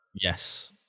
Yes